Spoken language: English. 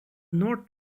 north